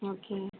okay